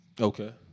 Okay